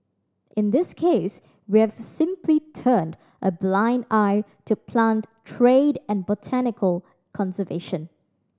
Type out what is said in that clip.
in this case we've simply turned a blind eye to plant trade and botanical conservation